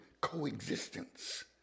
coexistence